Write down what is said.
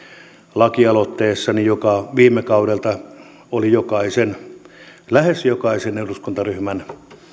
lakialoitteessani viime kaudelta joka oli jokaisen lähes jokaisen eduskuntaryhmän